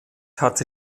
hatte